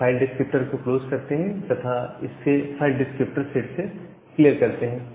आप file descriptor को close करते हैं तथा इससे फाइल डिस्क्रिप्टर सेट से क्लियर करते हैं